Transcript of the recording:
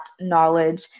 knowledge